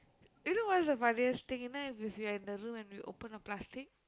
you know what's the funniest thing you know if you are in the room and we open a plastic